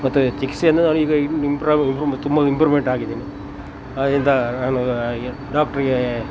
ಮತ್ತು ಚಿಕಿತ್ಸೆಯಿಂದ ನಾನು ಈಗ ಇಂಪ್ರೂವ್ ತುಂಬ ಇಂಪ್ರೂವ್ಮೆಂಟ್ ಆಗಿದ್ದೇನೆ ಆದ್ದರಿಂದ ನಾನು ಈ ಡಾಕ್ಟ್ರಿಗೆ